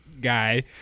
guy